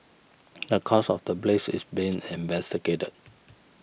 the cause of the blaze is being investigated